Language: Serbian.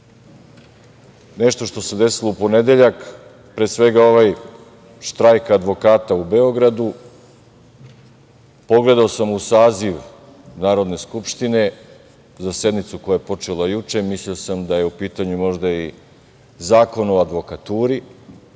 nešto što se desilo u ponedeljak, pre svega ovaj štrajk advokata u Beogradu. Pogledao sam u Saziv Narodne skupštine za sednicu koja je počela juče, mislio sam da je u pitanju možda i Zakon o advokaturi,